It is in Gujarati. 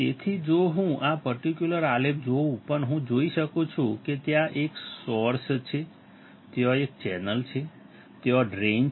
તેથી જો હું આ પર્ટિક્યુલર આલેખ જોઉં પણ હું જોઈ શકું છું કે ત્યાં એક સોર્સ છે ત્યાં એક ચેનલ છે ત્યાં ડ્રેઇન છે